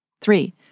Three